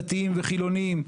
דתיים וחילוניים,